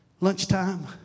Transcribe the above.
lunchtime